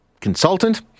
consultant